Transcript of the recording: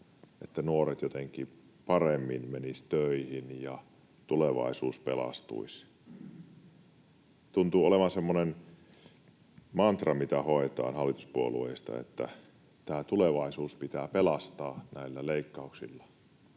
että nuoret jotenkin paremmin menisivät töihin ja tulevaisuus pelastuisi. Tuntuu olevan semmoinen mantra, mitä hoetaan hallituspuolueista, että tämä tulevaisuus pitää pelastaa näillä leikkauksilla.